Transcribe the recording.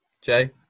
Jay